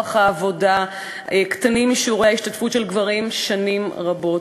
העבודה קטנים משיעורי ההשתתפות של גברים שנים רבות,